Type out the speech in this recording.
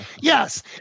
yes